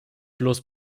bloß